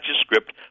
script